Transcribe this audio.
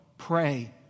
pray